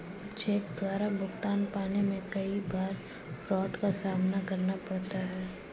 check द्वारा भुगतान पाने में कई बार फ्राड का सामना करना पड़ता है